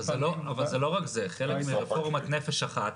אבל זה לא רק זה, חלק מרפורמת "נפש אחת"